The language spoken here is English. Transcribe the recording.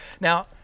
Now